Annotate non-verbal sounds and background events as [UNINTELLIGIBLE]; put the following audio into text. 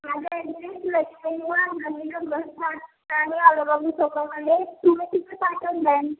[UNINTELLIGIBLE] चौकामधे फुलं तिथं पाठवून द्यान